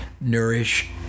nourish